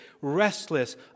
restless